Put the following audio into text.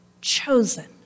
chosen